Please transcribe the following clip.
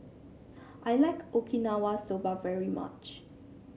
I like Okinawa Soba very much